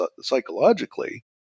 psychologically